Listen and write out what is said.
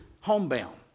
homebound